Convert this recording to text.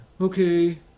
Okay